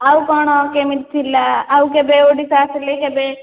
ଆଉ କଣ କେମିତି ଥିଲା ଆଉ କେବେ ଓଡ଼ିଶା ଆସିଲେ କେବେ